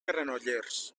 granollers